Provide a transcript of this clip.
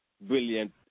brilliant